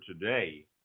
today